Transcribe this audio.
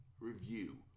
review